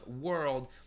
world